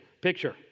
Picture